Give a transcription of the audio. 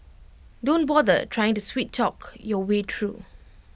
don't bother trying to sweet talk your way through